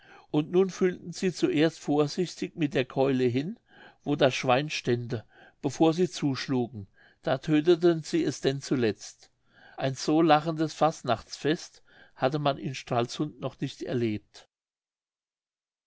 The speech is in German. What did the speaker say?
und nun fühlten sie zuerst vorsichtig mit der keule hin wo das schwein stände bevor sie zuschlugen da tödteten sie es denn zuletzt ein so lachendes fastnachtsfest hatte man in stralsund noch nicht erlebt